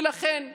ולכן,